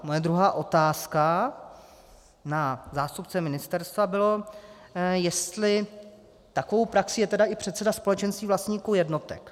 Moje druhá otázka na zástupce ministerstva byla, jestli takovou praxí je tedy i předseda společenství vlastníků jednotek.